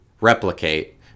replicate